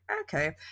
Okay